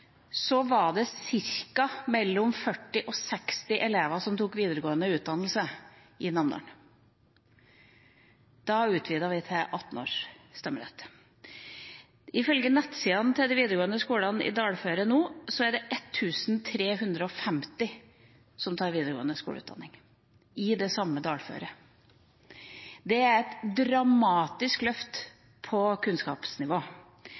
var det 40–60 elever som tok videregående utdannelse i Namdalen. Da utvidet vi stemmeretten til å gjelde 18-åringer. Ifølge nettsidene til de videregående skolene i dalføret er det nå 1 350 som tar videregående skole i det samme dalføret. Det er et dramatisk løft